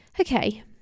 okay